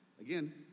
again